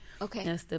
Okay